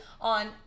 on